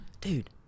Dude